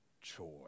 joy